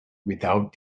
without